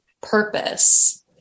purpose